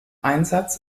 einsatz